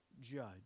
judge